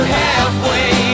halfway